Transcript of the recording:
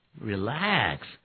Relax